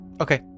Okay